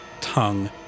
tongue